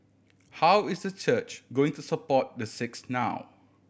how is the church going to support the six now